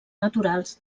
naturals